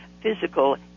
physical